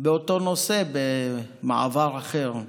באותו נושא על מעבר אחר,